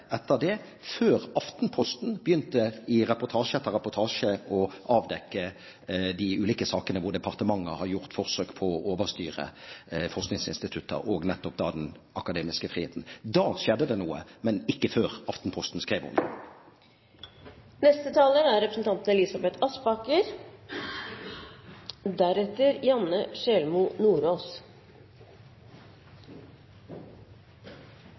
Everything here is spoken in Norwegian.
etter dette, før Aftenposten begynte i reportasje etter reportasje å avdekke de ulike sakene hvor departementet har gjort forsøk på å overstyre forskningsinstitutter og nettopp den akademiske friheten. Da skjedde det noe, men ikke før Aftenposten skrev